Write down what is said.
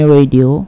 Radio